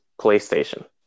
PlayStation